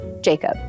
Jacob